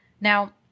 Now